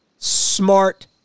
smart